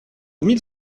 mille